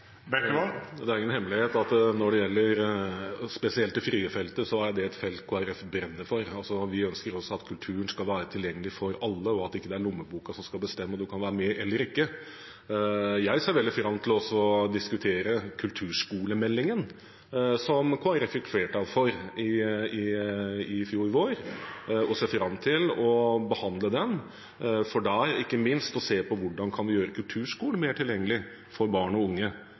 Arbeiderpartiet? Det er ingen hemmelighet at når det gjelder spesielt det frie feltet, så er det et felt Kristelig Folkeparti brenner for. Vi ønsker også at kulturen skal være tilgjengelig for alle, og at det ikke er lommeboka som skal bestemme om man kan være med eller ikke. Jeg ser veldig fram til å diskutere kulturskolemeldingen, som Kristelig Folkeparti fikk flertall for i fjor vår. Jeg ser fram til å behandle den for der ikke minst å se på hvordan man kan gjøre kulturskolen mer tilgjengelig for barn og unge.